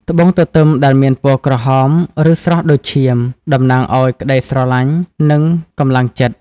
ត្បូងទទឹមដែលមានពណ៌ក្រហម ឬស្រស់ដូចឈាម តំណាងឱ្យក្តីស្រឡាញ់ និងកម្លាំងចិត្ត។